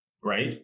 right